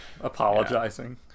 apologizing